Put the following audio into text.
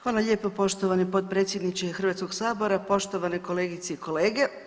Hvala lijepa poštovani potpredsjedniče Hrvatskog sabora, poštovane kolegice i kolege.